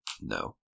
No